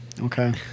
Okay